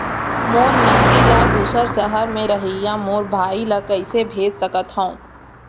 मोर नगदी ला दूसर सहर म रहइया मोर भाई ला कइसे भेज सकत हव?